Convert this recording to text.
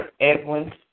Edwin